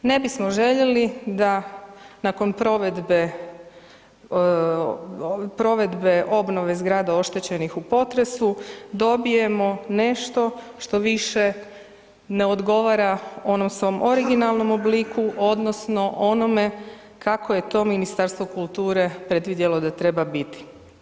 Ne bismo željeli da nakon provedbe, provedbe obnove zgrada oštećenih u potresu dobijemo nešto što više ne odgovora onom svom originalnom obliku odnosno onome kako je to Ministarstvo kulture predvidjelo da treba biti.